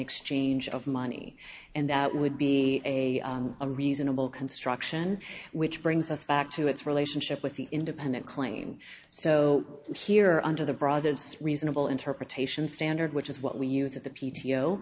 exchange of money and that would be a reasonable construction which brings us back to its relationship with the independent claim so here under the broader reasonable interpretation standard which is what we use at t